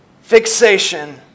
fixation